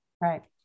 Right